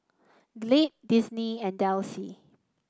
Glade Disney and Delsey